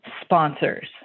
sponsors